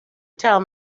tell